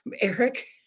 Eric